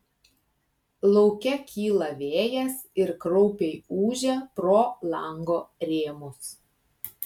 lauke kyla vėjas ir kraupiai ūžia pro lango rėmus